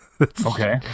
Okay